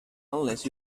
unless